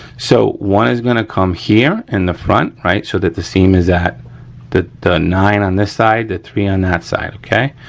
so one is gonna come here in the front, right, so that the seam is at the the nine on this side, the three on that side, okay.